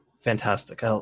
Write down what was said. Fantastic